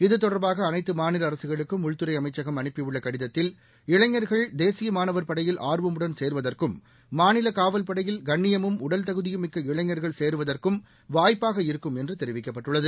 இதுதொடர்பாக அனைத்து மாநில அரசுகளுக்கும் உள்துறை அமைச்சகம் அனுப்பியுள்ள கடிதத்தில் தேசிய மாணவர் படையில் ஆர்வமுடன் சேர்வதற்கும் மாநில காவல்படையில் இளைஞர்கள் கண்ணியமும் உடல்தகுதியும் மிக்க இளைஞர்கள் சேருவதற்கு வாய்ப்பாக இருக்கும் என்று தெரிவிக்கப்பட்டுள்ளது